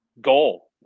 goal